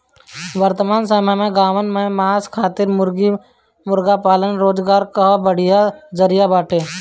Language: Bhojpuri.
वर्तमान समय में गांवन में मांस खातिर मुर्गी मुर्गा पालन रोजगार कअ बढ़िया जरिया बाटे